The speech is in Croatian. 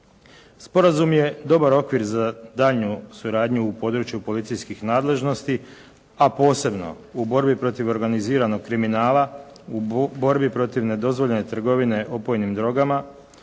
Sporazum je dobar okvir za daljnju suradnju u području policijskih nadležnosti, a posebno u borbi protiv organiziranog kriminala, u borbi protiv nedozvoljene trgovine opojnim drogama,